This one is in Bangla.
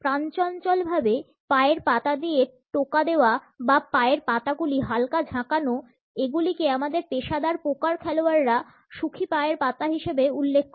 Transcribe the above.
প্রাণচঞ্চল ভাবে পায়ের পাতা দিয়ে টোকা দেওয়া বা পায়ের পাতাগুলি হালকা ঝাঁকানো এগুলিকে আমাদের পেশাদার পোকার খেলোয়াড়রা সুখী পায়ের পাতা হিসাবে উল্লেখ করে